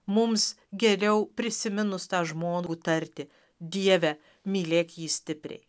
mums geriau prisiminus tą žmogų tarti dieve mylėk jį stipriai